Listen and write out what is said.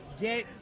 get